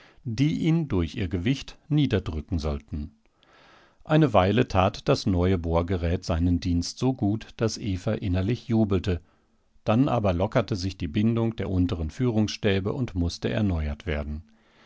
die ihn durch ihr gewicht niederdrücken sollten eine weile tat das neue bohrgerät seinen dienst so gut daß eva innerlich jubelte dann aber lockerte sich die bindung der unteren führungsstäbe und mußte erneuert werden